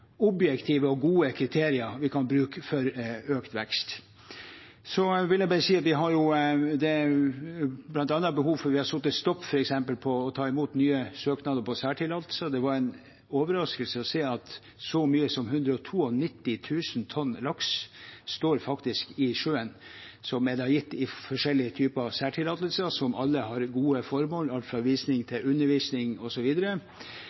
objektive og gode kriterier vi kan bruke for økt vekst. Vi har satt en stopper for å ta imot nye søknader på særtillatelser. Det var en overraskelse å se at så mye som 192 000 tonn laks faktisk står i sjøen, og det er gitt forskjellige typer særtillatelser, som alle har gode formål,